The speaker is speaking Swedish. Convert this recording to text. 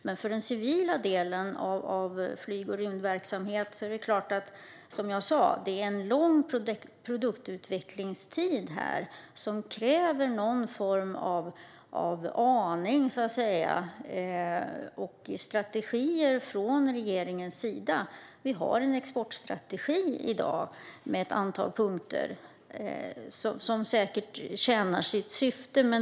Men för den civila delen av flyg och rymdverksamhet är det en lång produktutvecklingstid, och det är klart att detta kräver någon form av aning och strategier från regeringens sida. Vi har en exportstrategi i dag, med ett antal punkter som säkert tjänar sitt syfte.